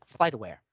FlightAware